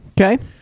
Okay